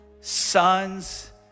sons